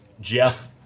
Jeff